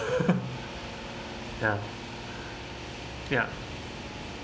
ya ya